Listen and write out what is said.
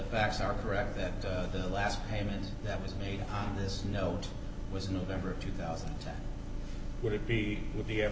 facts are correct that the last payment that was me on this note was november of two thousand and ten would it be would be a